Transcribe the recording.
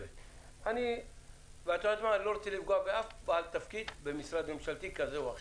אני לא רוצה לפגוע באף בעל תפקיד במשרד ממשלתי כזה או אחר.